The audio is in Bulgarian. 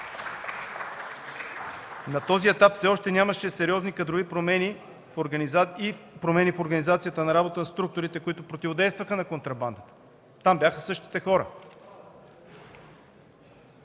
на този етап все още нямаше сериозни кадрови промени и промени в организацията на работа на структурите, които противодействаха на контрабандата. Там бяха същите хора.